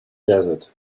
desert